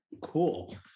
Cool